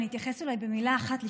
אני אתייחס אולי במילה אחת,